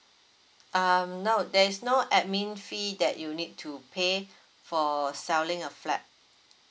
um no there is no admin fee that you need to pay for selling a flat